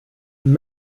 and